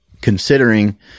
considering